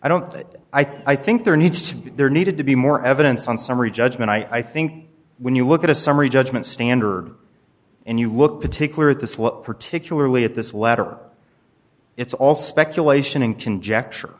i don't but i think there needs to be there needed to be more evidence on summary judgment i think when you look at a summary judgment standard and you look particularly at this what particularly at this letter it's all speculation and conjecture